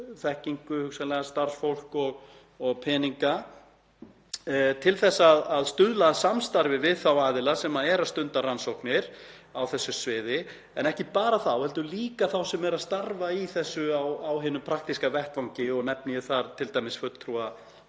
þekkingu, hugsanlega starfsfólk, og peninga til þess að stuðla að samstarfi við þá aðila sem eru að stunda rannsóknir á þessu sviði, en ekki bara þá heldur líka þá sem eru að starfa í þessu á hinum praktíska vettvangi. Nefni ég þar t.d. fulltrúa